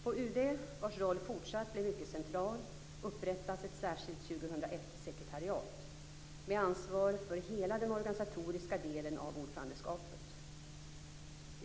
På UD, vars roll fortsatt blir mycket central, upprättas ett särskilt 2001-sekretariat, med ansvar för hela den organisatoriska delen av ordförandeskapet.